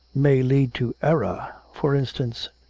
may lead to error. for instance.